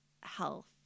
health